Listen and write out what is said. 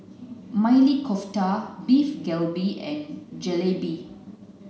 Maili Kofta Beef Galbi and Jalebi